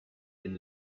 den